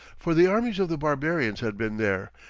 for the armies of the barbarians had been there,